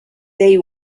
they